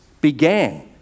began